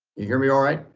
you hear me all right?